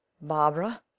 Barbara